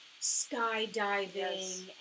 skydiving